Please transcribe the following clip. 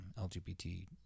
LGBT